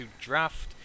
draft